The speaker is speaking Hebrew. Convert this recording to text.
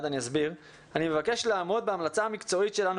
"אני מבקש לעמוד בהמלצה המקצועית שלנו